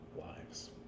lives